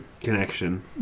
connection